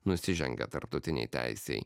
nusižengia tarptautinei teisei